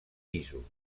pisos